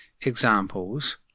examples